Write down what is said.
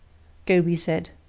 goby said.